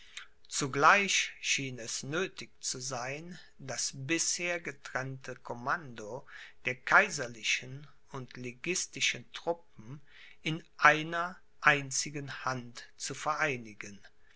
zugleich schien es nöthig zu sein das bisher getrennte commando der kaiserlichen und liguistischen truppen in einer einzigen hand zu vereinigen